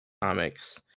Comics